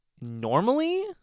normally